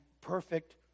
perfect